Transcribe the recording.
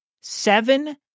Seven